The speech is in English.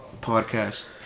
podcast